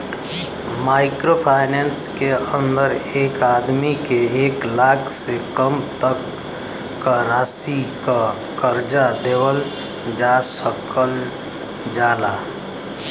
micro finance के अंदर एक आदमी के एक लाख से कम तक क राशि क कर्जा देवल जा सकल जाला